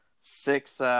six